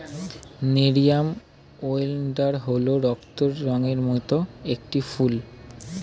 nerium oleander হল রক্তের রঙের মত একটি ফুল